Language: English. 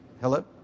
Hello